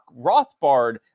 Rothbard